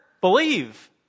Believe